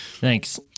thanks